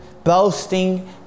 Boasting